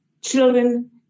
children